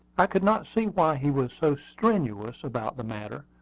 i could not see why he was so strenuous about the matter,